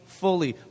fully